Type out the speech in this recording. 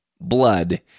blood